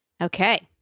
okay